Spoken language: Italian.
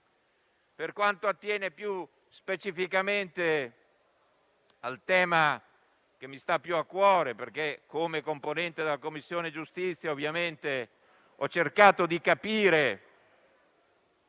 Per quanto attiene più specificamente al tema che mi sta più a cuore, come componente della Commissione giustizia ho cercato di capire